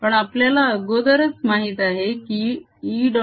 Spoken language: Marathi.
पण आपल्याला अगोदरच माहित आहे की E